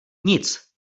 nic